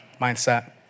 mindset